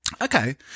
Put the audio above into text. Okay